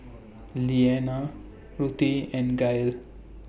Lenna Ruthie and Gael